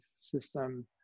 system